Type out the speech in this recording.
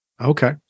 Okay